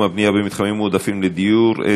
הבנייה במתחמים מועדפים לדיור (הוראת שעה)